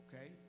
Okay